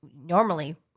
normally